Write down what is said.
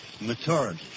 maturity